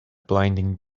blinding